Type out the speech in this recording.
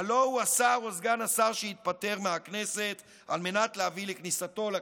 הלוא הוא השר או סגן השר שהתפטר מהכנסת על מנת להביא לכניסתו לכנסת.